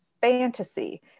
fantasy